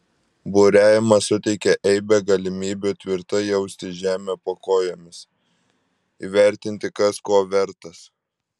buriavimas suteikia eibę galimybių tvirtai jausti žemę po kojomis įvertinti kas ko vertas